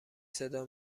صدا